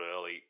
early